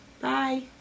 bye